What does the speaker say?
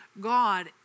God